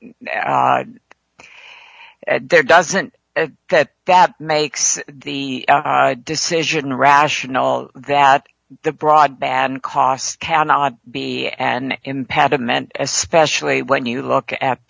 there doesn't that that makes the decision rational that the broadband cost cannot be an impediment especially when you look at